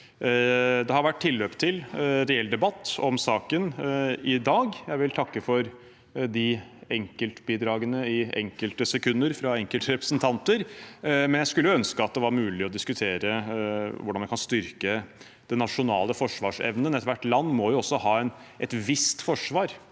Det har vært tilløp til reell debatt om saken i dag. Jeg vil takke for de enkeltbidragene i enkelte sekunder fra enkelte representanter, men jeg skulle ønske at det var mulig å diskutere hvordan vi kan styrke den nasjonale forsvarsevnen. Ethvert land må jo ha et visst forsvar